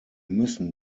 müssen